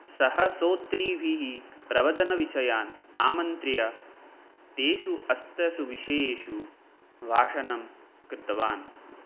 सः श्रोत्रीभिः प्रवचनविषयान् आमन्त्र्य तेषु अष्टसु विषयेषु भाषणं कृतवान्